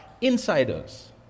insiders